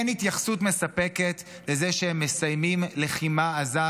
אין התייחסות מספקת לזה שהם מסיימים לחימה עזה,